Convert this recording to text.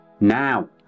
Now